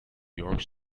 york